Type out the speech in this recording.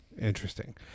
Interesting